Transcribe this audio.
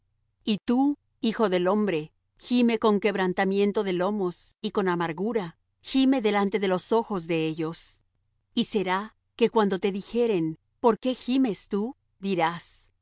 y tú hijo del hombre gime con quebrantamiento de lomos y con amargura gime delante de los ojos de ellos y será que cuando te dijeren por qué gimes tú dirás